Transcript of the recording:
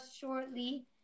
shortly